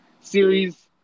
series